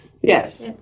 Yes